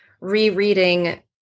rereading